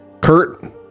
Kurt